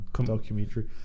Documentary